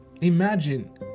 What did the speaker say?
Imagine